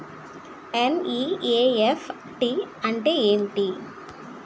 NEFT అంటే ఎంటి?